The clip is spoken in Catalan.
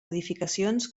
edificacions